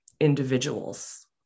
individuals